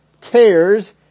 tears